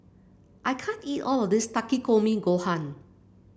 I can't eat all of this Takikomi Gohan